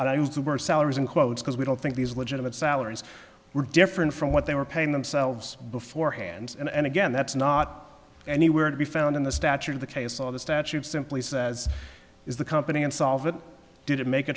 used the word salaries in quotes because we don't think these legitimate salaries were different from what they were paying themselves beforehand and again that's not anywhere to be found in the statute of the case of the statute simply says is the company and solvent did it make a